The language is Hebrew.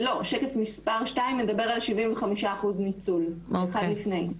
לא, שקף מס' 2 מדבר על 75% ניצול, אחד לפני.